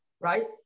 right